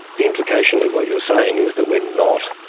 the implication of what you're saying is that we're not